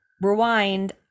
rewind